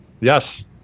Yes